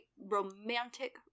romantic